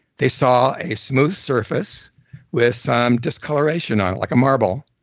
they saw a smooth surface with some discoloration on it like a marble,